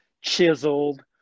chiseled